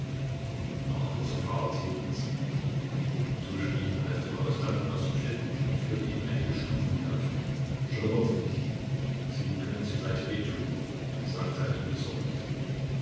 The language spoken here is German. nach kurzer fahrt hielten sie poduschkin half dem arrestanten aus dem schlitten und führte ihn einige stufen hinauf stolpern sie nicht sie können sich leicht weh tun sagte er ihm besorgt